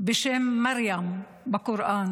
בשם מרים בקוראן,